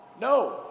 No